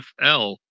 fl